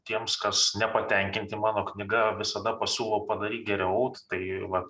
tiems kas nepatenkinti mano knyga visada pasiūlau padaryk geriau tai va